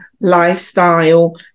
lifestyle